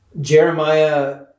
Jeremiah